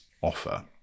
offer